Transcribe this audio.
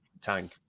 Tank